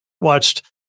Watched